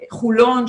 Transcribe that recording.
חולון,